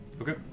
Okay